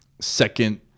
second